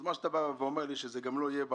מה שאתה אומר לי זה שזה גם לא יהיה בעתיד.